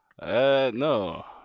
No